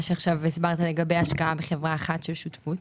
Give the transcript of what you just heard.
שעכשיו הסברת לגבי השקעה בחברה אחת של שותפות?